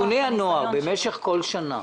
ארגוני הנוער במשך כל שנה,